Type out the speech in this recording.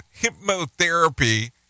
hypnotherapy